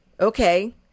okay